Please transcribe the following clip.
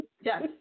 Yes